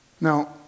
Now